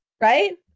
Right